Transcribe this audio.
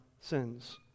sins